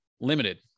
limited